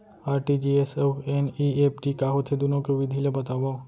RTGS अऊ NEFT का होथे, दुनो के विधि ला बतावव